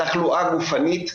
תחלואה גופנית,